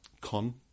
Con